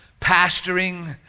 pastoring